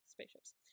spaceships